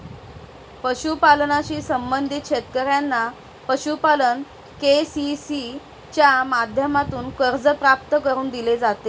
पशुपालनाशी संबंधित शेतकऱ्यांना पशुपालन के.सी.सी च्या माध्यमातून कर्ज प्राप्त करून दिले जाते